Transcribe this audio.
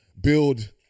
build